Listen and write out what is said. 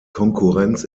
konkurrenz